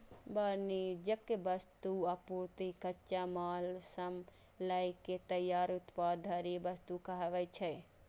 वाणिज्यिक वस्तु, आपूर्ति, कच्चा माल सं लए के तैयार उत्पाद धरि वस्तु कहाबै छै